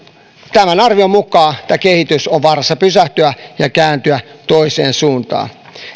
tämän arvion mukaan tämä kehitys on vaarassa pysähtyä ja kääntyä toiseen suuntaan